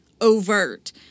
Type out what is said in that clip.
Overt